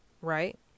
right